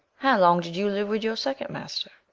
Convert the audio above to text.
how long did you live with your second master?